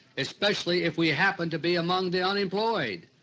especially if we happen to be among the unemployed.